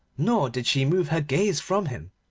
nor did she move her gaze from him.